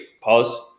pause